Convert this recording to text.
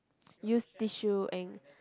use tissue and